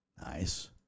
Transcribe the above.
Nice